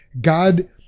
God